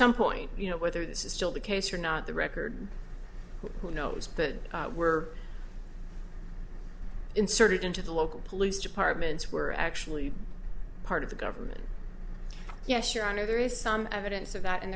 some point you know whether this is still the case or not the record who knows but were inserted into the local police departments were actually part of the government yes sure i know there is some evidence of that